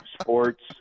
sports